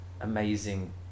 amazing